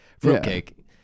fruitcake